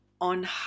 on